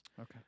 Okay